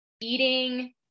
eating